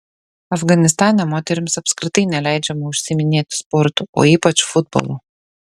afganistane moterims apskritai neleidžiama užsiiminėti sportu o ypač futbolu